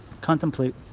contemplate